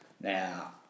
Now